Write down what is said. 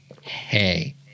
Hey